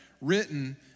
written